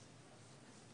ניצן: